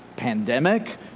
pandemic